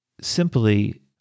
simply